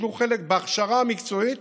שייטלו חלק בהכשרה המקצועית